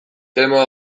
tema